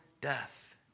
death